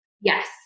Yes